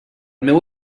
meu